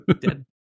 Dead